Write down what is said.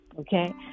okay